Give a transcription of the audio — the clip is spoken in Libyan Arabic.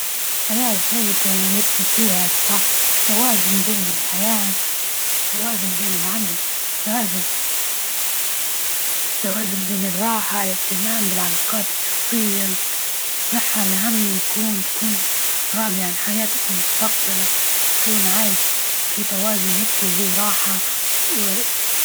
الحياة الجيدة، يقصد بيها الت- التوازن بين الحياة، التوازن بين العمل، توازن-توازن بين الراحة، الاهتمام بالعلاقات الشخصية والصحة العامة، يكون كون راضي عن حياتك ومستقبلك تكون عايش في توازن هيكي وراحة و.